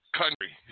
country